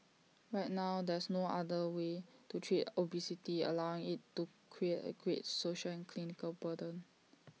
right now there's no other way to treat obesity allowing IT to create A great social and clinical burden